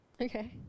Okay